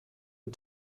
and